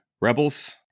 Rebels